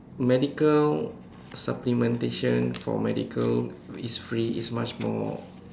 medical supplementation for medical is free is much more